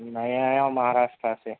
میں آیا ہوں مہاراشٹرا سے